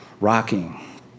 rocking